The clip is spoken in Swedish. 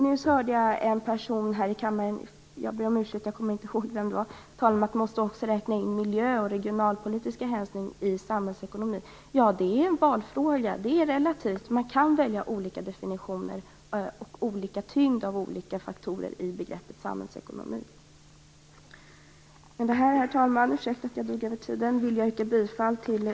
Någon talare före mig - jag beklagar att jag inte kommer ihåg vem det var - sade att vi måste räkna in också miljö och regionalpolitiska hänsyn i samhällsekonomin. Ja, det är här fråga om ett val. Detta är relativt. Man kan alltså välja olika definitioner och olika tyngd hos olika faktorer när det gäller begreppet samhällsekonomi. Herr talman! Jag ber om ursäkt för att jag drog över taletiden, men nu återstår bara yrkandena.